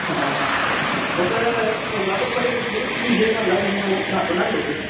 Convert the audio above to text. हां हां हां मग सर कोल्हापूरमध्ये कुठली कुठली व्हिजिट म्हणला तुम्ही मला दाखवणार लोकेशन